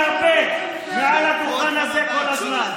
רעל נטף לכם מהפה מעל השולחן הזה כל הזמן,